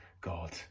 God